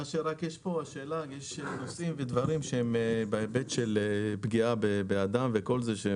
השאלה אם יש נושאים ודברים שהם בהיבט של פגיעה באדם והם